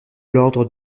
l’ordre